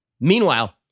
Meanwhile